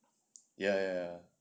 ya